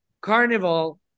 carnival